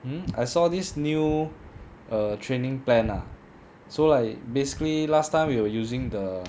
mm I saw this new err training plan ah so like basically last time we were using the